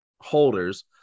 holders